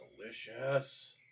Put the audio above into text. delicious